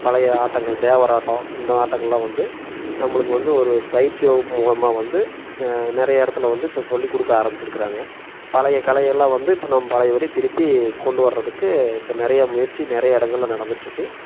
பழைய ஆட்டங்கள் தேவராட்டம் இந்த ஆட்டங்கள்லாம் வந்து நம்மளுக்கு வந்து ஒரு பயிற்சி வகுப்பு மூலமாக வந்து நெறையா இடத்துல வந்து இப்போ சொல்லிக் கொடுக்க ஆரம்பித்திருக்காங்க பழைய கலையெல்லாம் வந்து இப்போ நம்ம பழையபடி திருப்பி கொண்டு வர்றதுக்கு இப்போ நெறைய முயற்சி நெறையா இடங்கள்ல நடந்துட்டுருக்கு